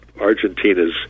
Argentina's